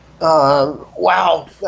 Wow